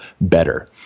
better